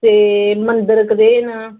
ते मंदर कनेह् न